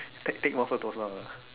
take take one floor to one floor lah